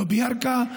לא בירכא,